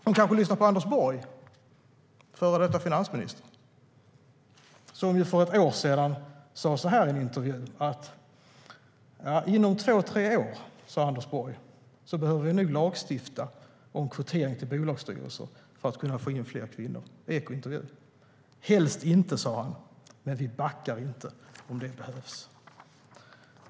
Hon kanske lyssnar på Anders Borg, före detta finansminister, som för ett år sedan sa så här i Ekots lördagsintervju: Inom två tre år behöver vi nog lagstifta om kvotering till bolagsstyrelser för att kunna få in fler kvinnor. Helst inte, sa han, men vi backar inte om det behövs.